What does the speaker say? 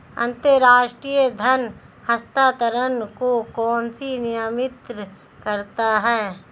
अंतर्राष्ट्रीय धन हस्तांतरण को कौन नियंत्रित करता है?